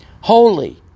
holy